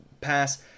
pass